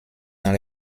dans